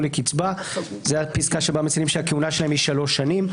לקצבה"; (3) זאת הפסקה שבה מציינים שהכהונה שלהם היא שלוש שנים.